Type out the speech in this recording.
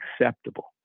acceptable